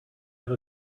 have